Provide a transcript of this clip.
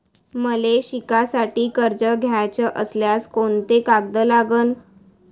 मले शिकासाठी कर्ज घ्याचं असल्यास कोंते कागद लागन?